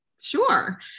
Sure